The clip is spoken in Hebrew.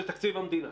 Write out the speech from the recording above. של תקציב המדינה?